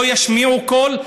לא ישמיעו קול?